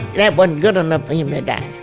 that wasn't good enough, for him to die.